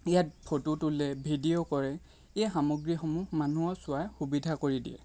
ইয়াত ফটো তোলে ভিডিঅ' কৰে এই সামগ্ৰীসমূহ মানুহে চোৱাৰ সুবিধা কৰি দিয়ে